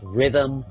rhythm